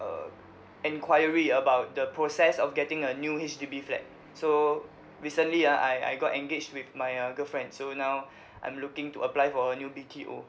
enquiry about the process of getting a new H_D_B flat so recently ah I I got engage with my uh girlfriend so now I'm looking to apply for a new B_T_O